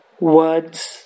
words